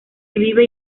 vive